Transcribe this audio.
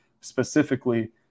specifically